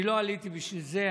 אני לא עליתי בשביל זה,